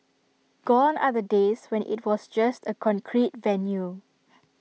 gone are the days when IT was just A concrete venue